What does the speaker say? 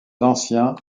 anciens